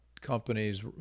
companies